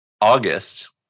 August